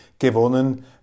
gewonnen